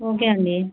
okay అండి